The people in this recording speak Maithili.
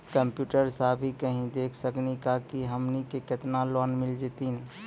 कंप्यूटर सा भी कही देख सकी का की हमनी के केतना लोन मिल जैतिन?